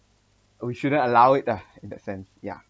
we shouldn't allow it ah in that sense ya